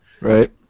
Right